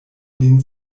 lin